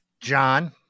John